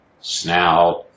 snout